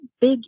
big